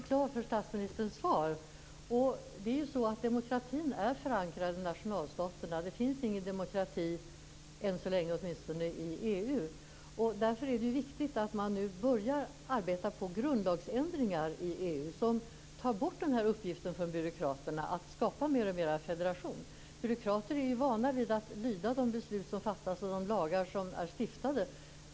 Herr talman! Jag är glad för statsministerns svar. Demokratin är förankrad i nationalstaterna. Det finns inte någon demokrati, åtminstone inte än så länge, i EU. Därför är det viktigt att man nu börjar arbeta på grundlagsändringar i EU som tar bort den här uppgiften från byråkraterna att skapa mer och mer av federation. Byråkrater är ju vana vid att lyda de beslut som fattas och de lagar som är stiftade.